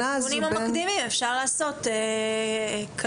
את הדיונים המקדימים אפשר לעשות במשותף,